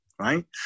Right